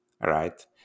right